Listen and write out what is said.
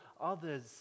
others